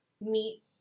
Meat